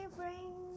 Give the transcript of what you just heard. bring